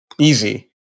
Easy